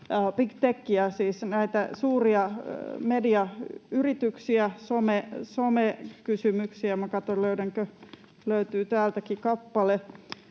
big techiä, siis näitä suuria mediayrityksiä, somekysymyksiä. Katson, löydänkö — löytyy täältäkin kappale,